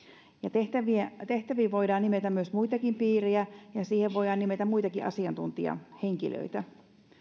tehtäviin tehtäviin voidaan nimetä myös muitakin piirejä ja siihen voidaan nimetä muitakin asiantuntijahenkilöitä